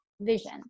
vision